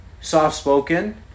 soft-spoken